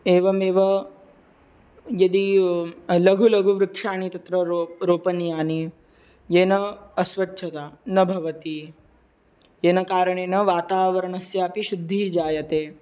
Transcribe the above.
एवमेव यदि लघु लघुवृक्षाणि तत्र रोप् रोपणीयानि येन अस्वच्छता न भवति येन कारणेन वातावरणस्यापि शुद्धिः जायते